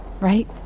Right